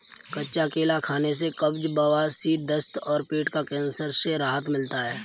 कच्चा केला खाने से कब्ज, बवासीर, दस्त और पेट का कैंसर से राहत मिलता है